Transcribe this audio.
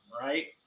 right